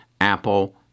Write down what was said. Apple